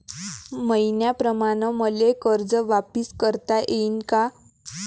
मईन्याप्रमाणं मले कर्ज वापिस करता येईन का?